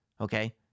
okay